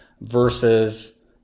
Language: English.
versus